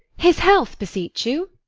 his health beseech you?